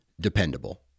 dependable